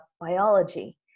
biology